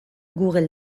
google